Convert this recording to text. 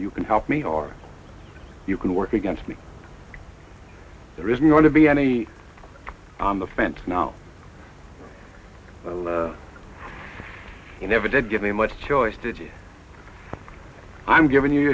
you can help me or you can work against me there isn't going to be any on the fence now you never did give me much choice did you i'm giving you